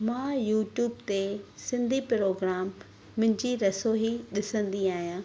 मां यूट्यूब ते सिंधी प्रोग्राम मुंहिंजी रसोई ॾिसंदी आहियां